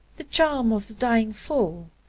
the charm of the dying fall,